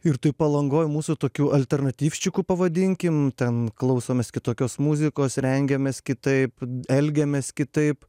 ir toj palangoj mūsų tokių alternatyvščikų pavadinkime ten klausomės kitokios muzikos rengiamės kitaip elgiamės kitaip